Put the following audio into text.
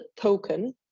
token